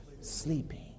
sleeping